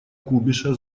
кубиша